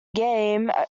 game